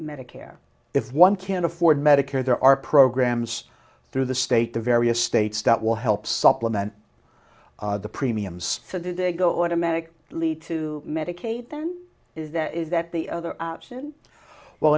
medicare if one can't afford medicare there are programs through the state the various states that will help supplement the premiums so they go automatically lead to medicaid then is that is that the other option well